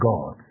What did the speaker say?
God